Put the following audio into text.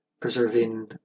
preserving